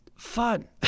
Fun